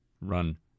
run